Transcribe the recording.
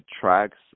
tracks